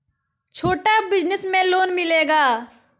छोटा बिजनस में लोन मिलेगा?